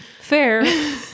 Fair